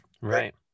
right